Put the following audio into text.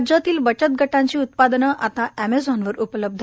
राज्यातील बचत गटांची उत्पादनं आता अॅमेझॉनवर उपलब्ध